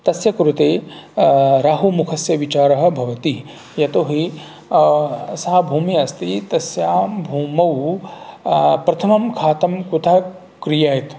तस्य कृते राहुमुखस्य विचारः भवति यतोहि सा भूमिः अस्ति तस्यां भूमौ प्रथमं घातं कुतः क्रियेत